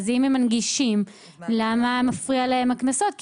אם הם מנגישים, למה מפריעים להם הקנסות?